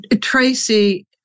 Tracy